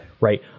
Right